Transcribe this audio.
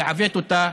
לעוות אותה,